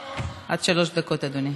עד שלוש דקות, אדוני.